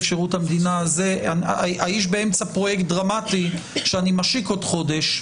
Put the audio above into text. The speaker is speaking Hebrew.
שירות המדינה: האיש באמצע פרויקט דרמטי שאני משיק בעוד חודש.